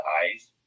eyes